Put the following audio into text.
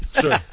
Sure